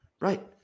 right